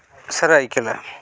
ᱥᱚᱨᱟᱭᱠᱮᱞᱟ